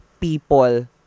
people